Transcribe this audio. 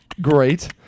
great